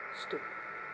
stu~